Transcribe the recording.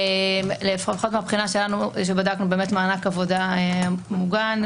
לפחות מהבחינה שבדקנו מענק עבודה מוגן,